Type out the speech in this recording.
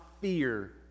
fear